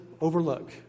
overlook